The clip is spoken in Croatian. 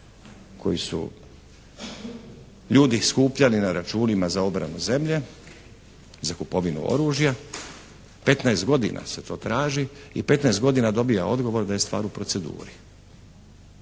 koji su ljudi skupljali na računima za obranu zemlje, za kupovinu oružja. 15 godina se to traži i 15 godina dobija odgovor da je stvar u proceduri